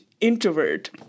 introvert